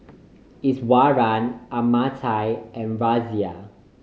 Iswaran Amartya and Razia